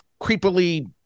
creepily